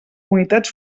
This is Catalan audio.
unitats